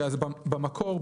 במקור,